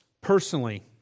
personally